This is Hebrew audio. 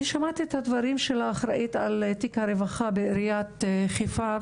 אני שמעתי את הדברים של האחראית על תיק הרווחה בעיריית תל אביב.